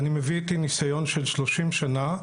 ואני מביא איתי ניסיון של 30 שנה,